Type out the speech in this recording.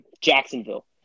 Jacksonville